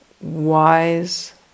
wise